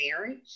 marriage